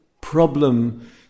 problem